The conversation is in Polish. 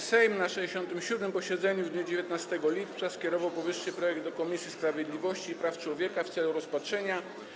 Sejm na 67. posiedzeniu w dniu 19 lipca skierował powyższy projekt do Komisji Sprawiedliwości i Praw Człowieka w celu rozpatrzenia.